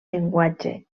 llenguatge